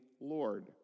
Lord